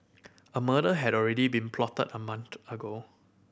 a murder had already been plotted a month ago